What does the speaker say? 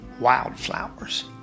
wildflowers